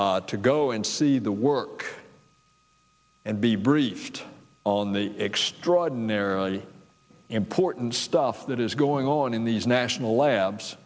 to go and see the work and be briefed on the extraordinarily important stuff that is going on in these national labs